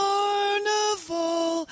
Carnival